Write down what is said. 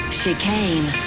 chicane